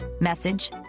message